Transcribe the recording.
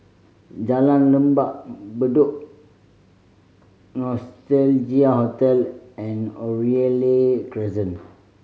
Jalan Lembah Bedok Nostalgia Hotel and Oriole Crescent